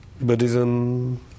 Buddhism